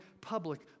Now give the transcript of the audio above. public